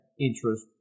interest